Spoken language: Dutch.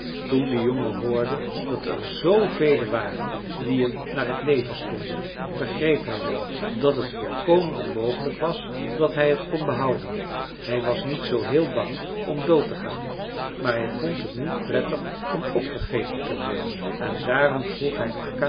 toen de jongen hoorde dat er zvelen waren die hem naar het leven stonden begreep hij wel dat het volkomen onmogelijk was dat hij het kon behouden hij was niet zoo heel bang om dood te gaan maar hij vond het niet prettig om opgegeten te worden en daarom vroeg hij